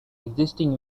existing